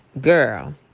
Girl